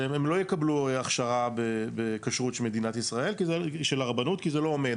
והם לא יקבלו הכשרה בכשרות של הרבנות כי זה לא עומד.